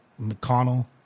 McConnell